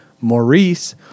Maurice